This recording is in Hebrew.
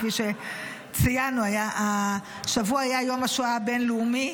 כפי שציינו, השבוע היה יום השואה הבין-לאומי.